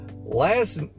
last